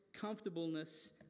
comfortableness